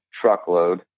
truckload